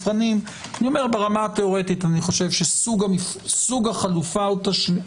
ברמה התיאורטית אני חושב שסוג החלופה השנייה